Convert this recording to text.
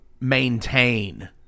maintain